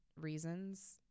reasons